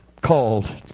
called